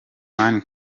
man